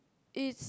is